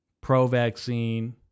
pro-vaccine